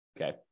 Okay